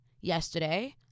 yesterday